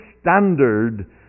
standard